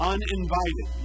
Uninvited